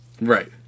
Right